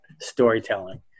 Storytelling